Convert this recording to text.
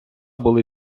були